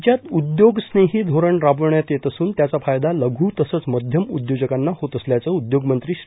राज्यात उद्योग स्नेही धोरण राबवण्यात येत असून याचा फायदा लघु तसंच मध्यम उद्योजकांना होत असल्याचं उद्योगमंत्री श्री